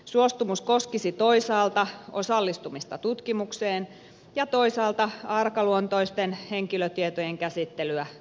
suostumus koskisi toisaalta osallistumista tutkimukseen ja toisaalta arkaluontoisten henkilötietojen käsittelyä tutkimuksessa